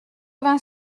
vingt